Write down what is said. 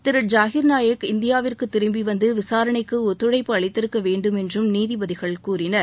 திரு ஜாஹிர்நாயக் இந்தியாவிற்கு திரும்பி வந்து விசாரணைக்கு ஒத்துழைப்பு அளித்திருக்கவேண்டும் என்றும் நீதிபதிகள் கூறினர்